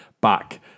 back